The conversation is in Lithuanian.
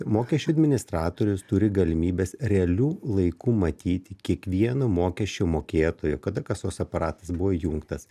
mokesčių administratorius turi galimybes realiu laiku matyti kiekvieno mokesčių mokėtojo kada kasos aparatas buvo įjungtas